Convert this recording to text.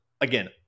again